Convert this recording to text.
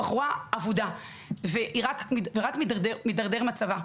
הבחורה אבודה ורק מתדרדר מצבה.